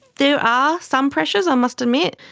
there are some pressures, i must admit.